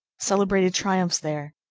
celebrated triumphs there,